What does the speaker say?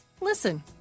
Listen